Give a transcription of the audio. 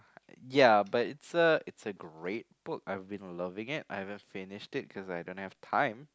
ya but it's a it's a great book I've been loving it but I've not finished reading it cause I don't have time